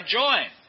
join